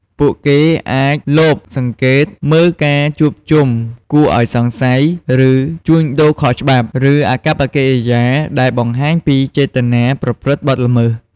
ពួកគេអាចលបសង្កេតមើលការជួបជុំគួរឲ្យសង្ស័យ ការជួញដូរខុសច្បាប់ ឬអាកប្បកិរិយាដែលបង្ហាញពីចេតនាប្រព្រឹត្តបទល្មើស។